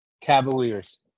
Cavaliers